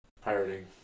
Pirating